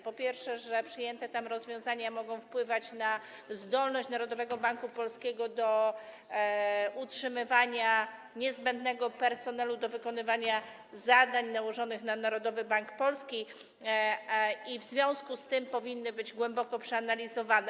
Po pierwsze, że przyjęte tam rozwiązania mogą wpływać na zdolność Narodowego Banku Polskiego do utrzymywania personelu niezbędnego do wykonywania zadań nałożonych na Narodowy Bank Polski i w związku z tym powinny być głęboko przeanalizowane.